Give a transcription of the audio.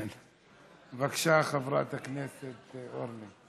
בבקשה, חברת הכנסת אורלי.